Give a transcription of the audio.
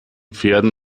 pferden